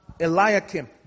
Eliakim